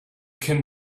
can